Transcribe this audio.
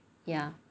ya